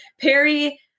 Perry